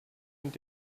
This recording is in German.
und